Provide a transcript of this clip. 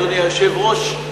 אדוני היושב-ראש,